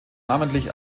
namentlich